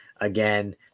again